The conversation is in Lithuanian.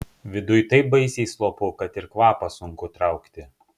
viduj taip baisiai slopu kad ir kvapą sunku traukti